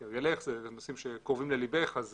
וכהרגלך, אלה נושאים שקרובים לליבך, אז